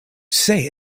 say